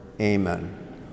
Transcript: Amen